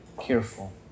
careful